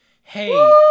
Hey